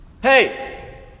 Hey